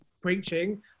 preaching